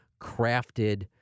crafted